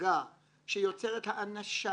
הצגה שיוצרת האנשה